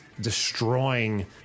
destroying